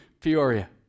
Peoria